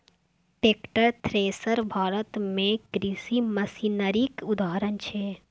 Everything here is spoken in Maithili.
टैक्टर, थ्रेसर भारत मे कृषि मशीनरीक उदाहरण छै